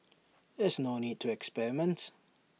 there's no need to experiment